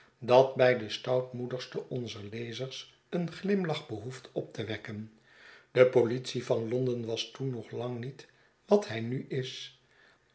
dat bij den stoutmoedigsten onzer lezers een glimlach behoeft op te wekken de politie van londen was toen nog lang niet wat zij nu is